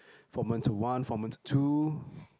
formant to one formant two